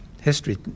history